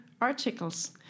articles